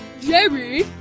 Jerry